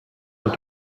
want